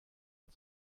and